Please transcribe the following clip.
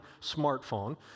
smartphone